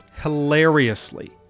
hilariously